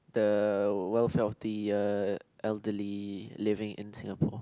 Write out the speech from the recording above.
the welfare of the uh elderly living in Singapore